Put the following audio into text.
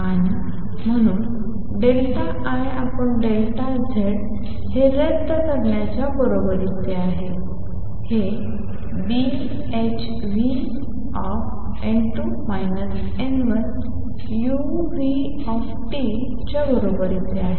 आणि म्हणून IZ हे रद्द करण्याच्या बरोबरीचे आहे हे Bhνn2 n1uT च्या बरोबरीचे आहे